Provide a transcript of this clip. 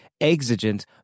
exigent